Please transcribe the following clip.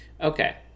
Okay